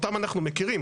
אותם אנחנו מכירים,